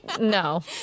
No